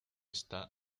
está